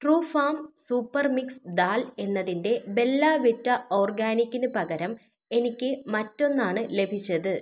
true farm super mix dal എന്നതിന്റെ Bellavita ഓർഗാനിക്കിന് പകരം എനിക്ക് മറ്റൊന്നാണ് ലഭിച്ചത്